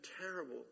terrible